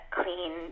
clean